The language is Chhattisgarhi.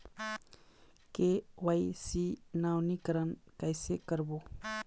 के.वाई.सी नवीनीकरण कैसे करबो?